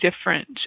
different